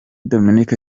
dominique